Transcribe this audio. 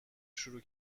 شروع